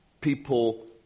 people